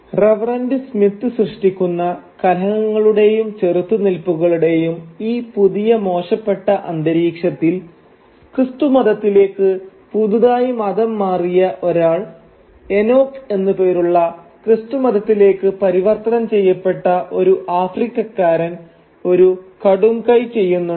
reverend Smith സൃഷ്ടിക്കുന്ന കലഹങ്ങളുടെയും ചെറുത്തുനിൽപ്പുകളുടെയും ഈ പുതിയ മോശപ്പെട്ട അന്തരീക്ഷത്തിൽ ക്രിസ്തുമതത്തിലേക്ക് പുതുതായി മതം മാറിയ ഒരാൾ എനോക്ക് എന്ന പേരുള്ള ക്രിസ്തുമതത്തിലേക്ക് പരിവർത്തനം ചെയ്യപ്പെട്ട ഒരു ആഫ്രിക്കക്കാരൻ ഒരു കടുംകൈ ചെയ്യുന്നുണ്ട്